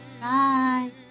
Bye